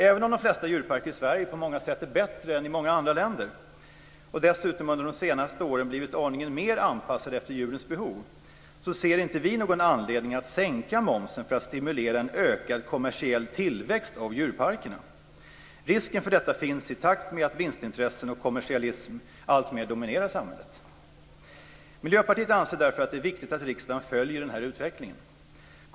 Även om de flesta djurparker i Sverige på många sätt är bättre än i många andra länder och dessutom under de senaste åren blivit aningen mer anpassade efter djurens behov, ser inte vi någon anledning att sänka momsen för att stimulera en ökad kommersiell tillväxt av djurparkerna. Risken för detta ökar i takt med att vinstintressen och kommersialism alltmer dominerar samhället. Miljöpartiet anser därför att det är viktigt att riksdagen följer den här utvecklingen.